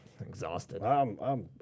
exhausted